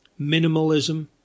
Minimalism